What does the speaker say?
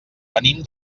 venim